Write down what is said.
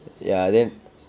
ya then